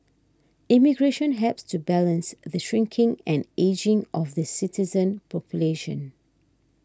immigration helps to balance the shrinking and ageing of the citizen population